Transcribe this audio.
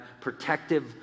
protective